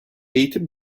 eğitim